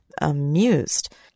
amused